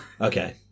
Okay